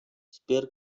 sper